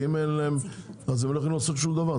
כי אם אין להם אז הם לא יכולים לעשות שום דבר,